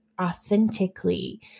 authentically